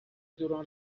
دوران